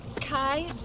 Kai